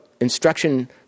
instruction